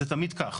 זה תמיד כך.